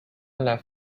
left